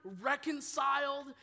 reconciled